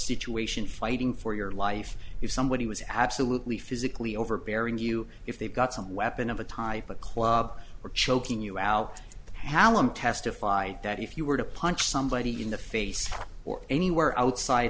situation fighting for your life if somebody was absolutely physically overbearing you if they've got some weapon of a type a club were choking you out hallam testified that if you were to punch somebody in the face or anywhere outside